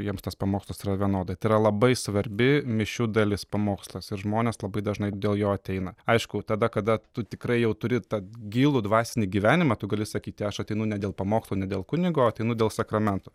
jiems tas pamokslas yra vienodai tai yra labai svarbi mišių dalis pamokslas ir žmonės labai dažnai dėl jo ateina aišku tada kada tu tikrai jau turi tą gilų dvasinį gyvenimą tu gali sakyti aš ateinu ne dėl pamokslo ne dėl kunigo o ateinu dėl sakramentų